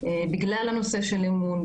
בגלל הנושא של אמון,